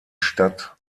stadt